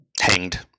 Hanged